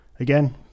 Again